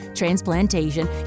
transplantation